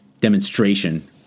demonstration